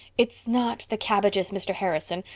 it's not the cabbages, mr. harrison.